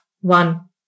one